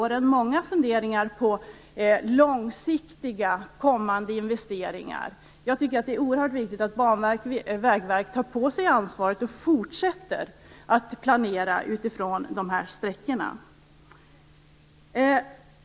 Det finns många funderingar på långsiktiga, kommande investeringar. Jag tycker att det är oerhört viktigt att Banverket och Vägverket tar på sig ansvaret och fortsätter att planera utifrån dessa sträckor.